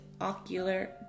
ocular